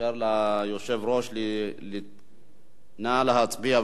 אאפשר ליושב-ראש, נא להצביע.